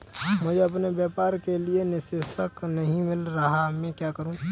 मुझे अपने व्यापार के लिए निदेशक नहीं मिल रहा है मैं क्या करूं?